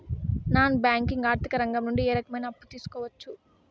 Non banking ఆర్థిక రంగం నుండి ఏ రకమైన అప్పు తీసుకోవచ్చు?